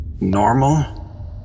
Normal